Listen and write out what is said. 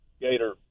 Gator